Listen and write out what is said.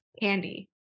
Candy